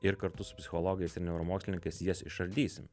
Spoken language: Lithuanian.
ir kartu su psichologais ir neuromokslininkais jas išardysim